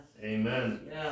Amen